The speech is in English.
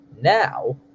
Now